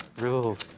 Rules